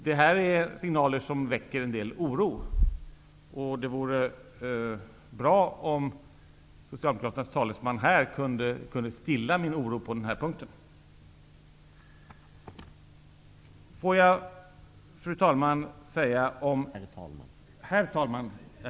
Detta är signaler som väcker en del oro. Det vore bra om Socialdemokraternas talesman här kunde stilla min oro på den punkten. Herr talman!